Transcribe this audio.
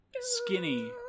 skinny